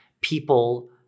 people